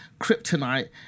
kryptonite